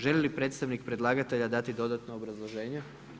Želi li predstavnik predlagatelja dati dodatno obrazloženje?